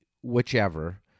whichever